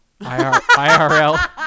IRL